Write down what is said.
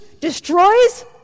destroys